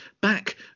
back